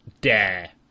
dare